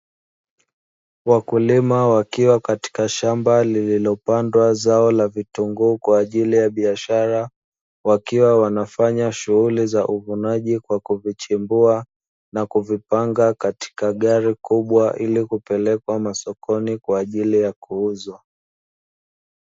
Wakulima wakiwa katika shamba lililopandwa zao la vitunguu kwa ajili ya biashara wakiwa wanafanya shughuli za uvunaji kwa kuvichambua na kuvipanga katika gari kubwa ili kupelekwa sokoni kwa ajili ya kuuzwa.